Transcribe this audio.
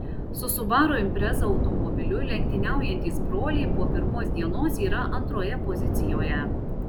su subaru impreza automobiliu lenktyniaujantys broliai po pirmos dienos yra antroje pozicijoje